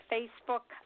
Facebook